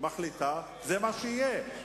זה מה שיהיה.